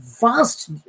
vast